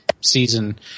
season